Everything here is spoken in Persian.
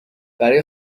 برای